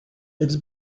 it’s